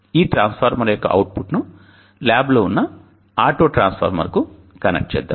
ఈ ట్రాన్స్ఫార్మర్ యొక్క అవుట్పుట్ ను ల్యాబ్లో ఉన్న ఆటోట్రాన్స్ఫార్మర్కు కనెక్ట్ చేద్దాం